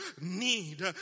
need